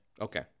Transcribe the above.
Okay